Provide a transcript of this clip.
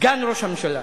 סגן ראש הממשלה